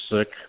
sick